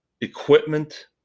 Equipment